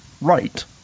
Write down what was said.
right